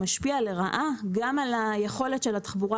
משפיע לרעה גם על היכולת של התחבורה